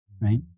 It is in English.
right